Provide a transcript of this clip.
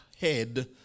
head